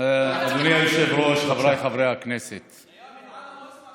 וכל מיני מושגים שהמצאתם על דילוג.